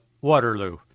Waterloo